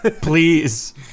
please